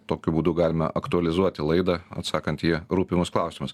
tokiu būdu galime aktualizuoti laidą atsakant į rūpimus klausimus